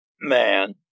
man